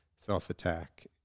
self-attack